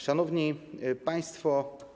Szanowni Państwo!